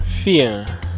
Fear